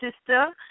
sister